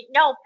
no